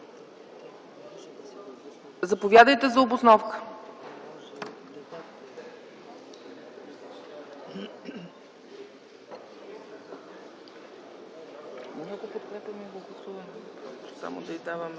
Заповядайте за обосновка.